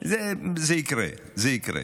זה יקרה, זה יקרה.